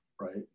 right